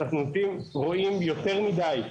אנחנו רואים יותר מידי